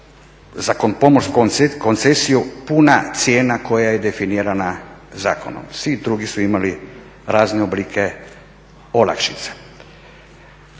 … koncesiju puna cijena koja je definirana zakonom. Svi drugi su imali razne oblike olakšica.